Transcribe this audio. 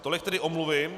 Tolik tedy omluvy.